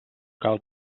cal